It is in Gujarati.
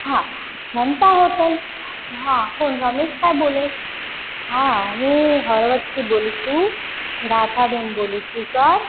હા જનતા હોટલ હા કોણ રમેશ ભાઈ બોલે હા હું હળવદથી બોલું છું રાધા બેન બોલું છું સર